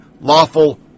lawful